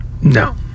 no